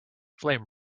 flame